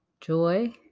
joy